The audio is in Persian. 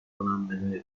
منوی